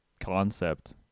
concept